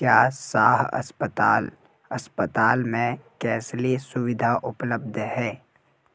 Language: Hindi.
क्या शाह अस्पताल अस्पताल में कैसलेस सुविधा उपलब्ध है